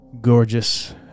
gorgeous